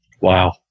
Wow